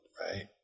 right